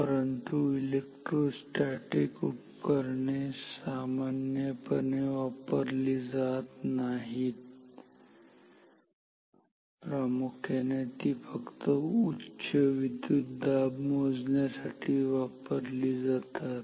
परंतु इलेक्ट्रोस्टॅटीक उपकरणे सामान्य पण वापरली जात नाहीत प्रामुख्याने ती फक्त उच्च विद्युतदाब मोजण्यासाठी वापरली जातात